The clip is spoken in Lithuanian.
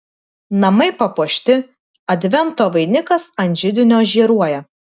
namai papuošti advento vainikas ant židinio žėruoja